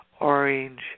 orange